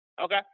Okay